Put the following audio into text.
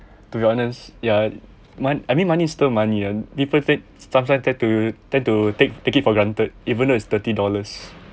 to be honest ya money I mean money is still money and people take sometimes tend to tend to take take it for granted even though is thirty dollars